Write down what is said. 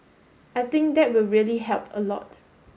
I think that will really help a lot